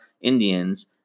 Indians